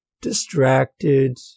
distracted